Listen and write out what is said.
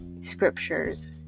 scriptures